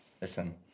listen